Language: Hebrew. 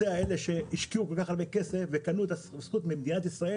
אלה שהשקיעו כל כך הרבה כסף וקנו את הזכות ממדינת ישראל